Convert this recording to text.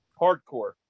hardcore